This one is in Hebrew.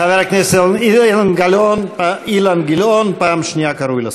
חבר הכנסת אילן גילאון, פעם שנייה קרוי לסדר.